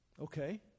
Okay